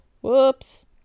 Whoops